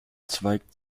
zweigt